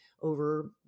Over